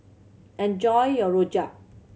enjoy your rojak